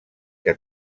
que